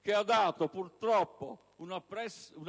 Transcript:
che ha dato purtroppo una